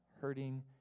hurting